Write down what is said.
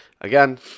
again